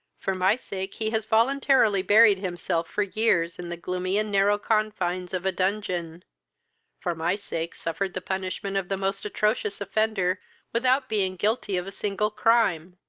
for my sake he has voluntarily buried himself for years in the gloomy and narrow confines of a dungeon for my sake suffered the punishment of the most atrocious offender without being guilty of a single crime.